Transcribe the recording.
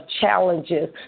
challenges